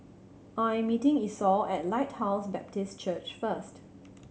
I am meeting Esau at Lighthouse Baptist Church first